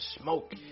smoke